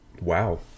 Wow